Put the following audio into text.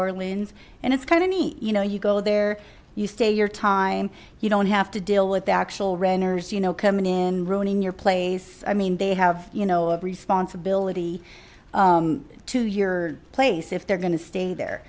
orleans and it's kind of neat you know you go there you stay your time you don't have to deal with actual renters you know coming in ruining your place i mean they have you know of responsibility to your place if they're gonna stay there